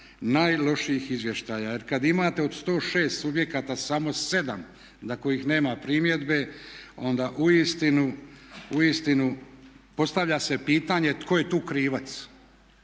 najlošijih izvještaja. Jer kad imate od 106 subjekata samo 7 na kojih nema primjedbe onda uistinu postavlja se pitanje tko je tu krivac?